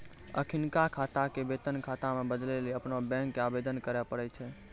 अखिनका खाता के वेतन खाता मे बदलै लेली अपनो बैंको के आवेदन करे पड़ै छै